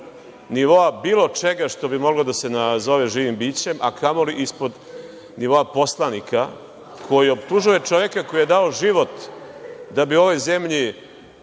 nivoa bilo čega što bi moglo da se nazove živim bićem, a kamoli ispod nivoa poslanika koji optužuje čoveka koji je dao život da bi ovoj zemlji